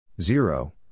Zero